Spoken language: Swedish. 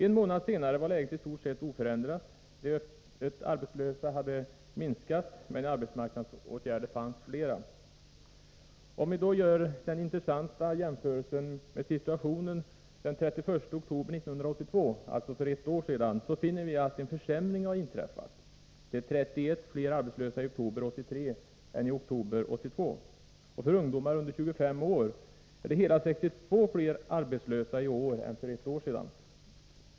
En månad senare var läget i stort sett oförändrat. De öppet arbetslösa hade minskat, men i arbetsmarknadsåtgärder fanns fler. Om vi då gör den intressanta jämförelsen med situationen den 31 oktober 1982 - alltså för ett år sedan — finner vi att en försämring har inträffat. Det var 31 flera arbetslösa i oktober 1983 än i oktober 1982. För ungdomar under 25 år är det hela 62 fler arbetslösa i år än för ett år sedan.